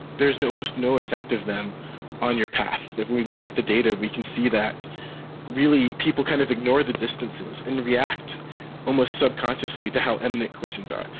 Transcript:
there's almost no effect of them on your path. if we look at the data we can see that really people kind of ignore the distances and react almost subconsciously to how imminent collisions are.